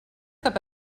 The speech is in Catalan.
cap